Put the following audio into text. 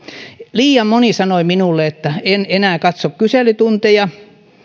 liian moni sanoi minulle että en enää katso kyselytunteja